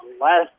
last